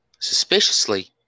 Suspiciously